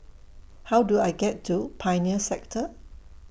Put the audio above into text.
How Do I get to Pioneer Sector